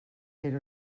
era